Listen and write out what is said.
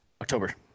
October